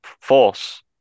force